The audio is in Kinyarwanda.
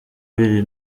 biri